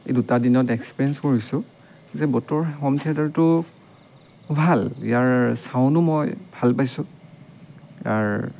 এই দুটা দিনত এক্সপেৰিয়েন্স কৰিছোঁ যে ব'টৰ হোম থিয়েটাৰটো ভাল ইয়াৰ ছাউণ্ডো মই ভাল পাইছোঁ ইয়াৰ